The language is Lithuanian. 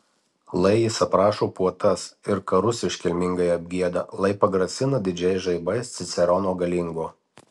lai jis aprašo puotas ir karus iškilmingai apgieda lai pagrasina didžiais žaibais cicerono galingo